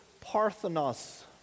Parthenos